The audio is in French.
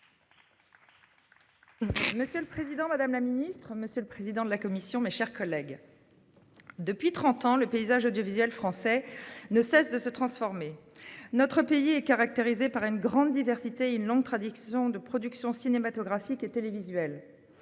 Monsieur le président, madame la ministre, mes chers collègues, depuis trente ans, le paysage audiovisuel français ne cesse de se transformer. Notre pays est caractérisé par une grande diversité et une longue tradition de production cinématographique et télévisuelle.